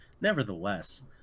Nevertheless